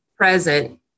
present